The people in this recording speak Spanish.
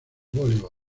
voleibol